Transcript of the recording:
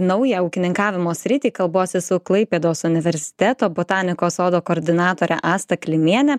naują ūkininkavimo sritį kalbuosi su klaipėdos universiteto botanikos sodo koordinatore asta klimiene